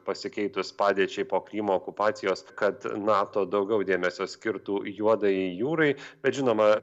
pasikeitus padėčiai po krymo okupacijos kad nato daugiau dėmesio skirtų juodajai jūrai bet žinoma